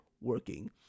working